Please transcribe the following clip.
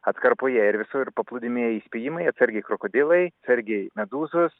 atkarpoje ir visur paplūdimyje įspėjimai atsargiai krokodilai tsargiai medūzos